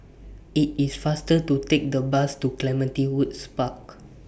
IT IS faster to Take The Bus to Clementi Woods Park